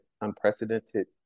unprecedented